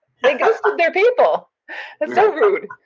they ghosted their people. that's so rude.